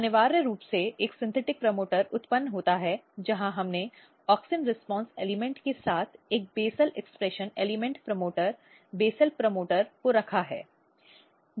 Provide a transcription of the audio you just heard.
अनिवार्य रूप से एक सिंथेटिक प्रमोटर उत्पन्न होता है जहां हमने ऑक्सिन रीस्पॉन्स एलिमेंट के साथ एक बेसल अभिव्यक्ति तत्व प्रमोटर बेसल प्रमोटर को रखा है